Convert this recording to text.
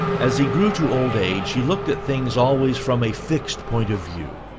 as he grew to old age he looked at things always from a fixed point of view,